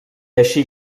així